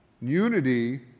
Unity